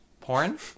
Porn